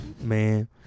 man